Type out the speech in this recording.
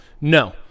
no